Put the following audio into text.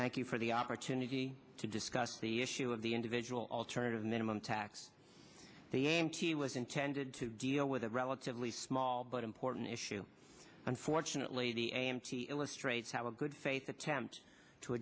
thank you for the opportunity to discuss the issue of the individual alternative minimum tax the a m t was intended to deal with a relatively small but important issue unfortunately the a m t illustrates how a good faith attempt to